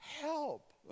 help